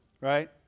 right